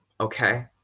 okay